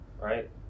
right